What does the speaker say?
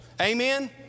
Amen